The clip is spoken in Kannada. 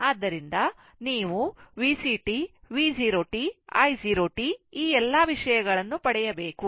ಆದ್ದರಿಂದ ನೀವು VCt V 0 t i 0 t ಈ ಎಲ್ಲಾ ವಿಷಯಗಳನ್ನು ಪಡೆಯಬೇಕು